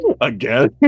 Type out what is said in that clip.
Again